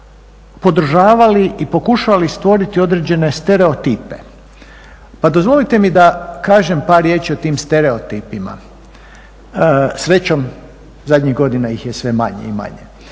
su podržavali i pokušavali stvoriti određene stereotipe. Pa dozvolite mi da kažem par riječi o tim stereotipima. Srećom zadnjih godina ih je sve manje i manje.